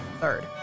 third